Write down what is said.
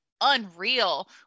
unreal